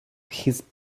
his